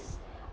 s~